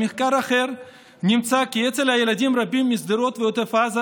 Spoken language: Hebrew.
במחקר אחר נמצא כי אצל ילדים רבים משדרות ועוטף עזה